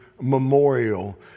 memorial